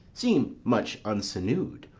seem much unsinew'd,